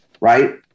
right